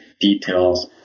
details